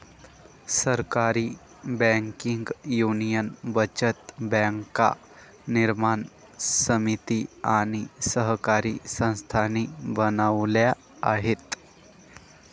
सहकारी banking union बचत बँका निर्माण समिती आणि सहकारी संस्थांनी बनवल्या आहेत